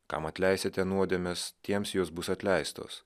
kam atleisite nuodėmes tiems jos bus atleistos